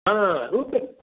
रूप्यकं